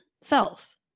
self